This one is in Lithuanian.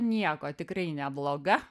nieko tikrai nebloga